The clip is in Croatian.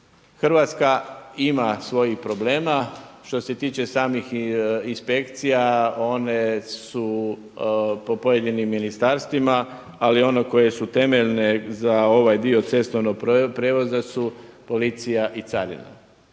Hrvatska ima svojih problema. Što se tiče samih inspekcija one su po pojedinim ministarstvima, ali one koje su temeljne za ovaj dio cestovnog prijevoza su policija i carina.